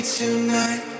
tonight